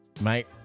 mate